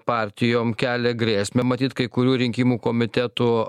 partijom kelia grėsmę matyt kai kurių rinkimų komitetų